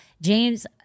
James